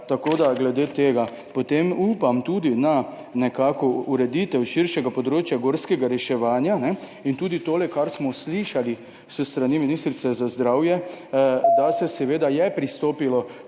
To je glede tega. Potem upam tudi na ureditev širšega področja gorskega reševanja in tudi to, kar smo slišali s strani ministrice za zdravje, da se je seveda pristopilo